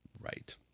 Right